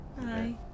Hi